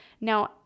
Now